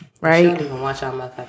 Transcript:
Right